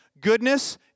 goodness